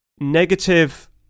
negative